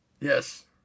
Yes